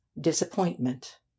disappointment